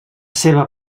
seva